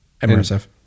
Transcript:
immersive